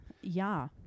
Ja